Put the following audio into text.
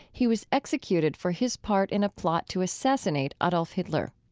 he was executed for his part in a plot to assassinate adolf hitler.